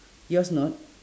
your's not